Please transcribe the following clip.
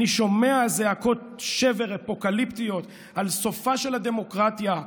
אני שומע זעקות שבר אפוקליפטיות על סופה של הדמוקרטיה,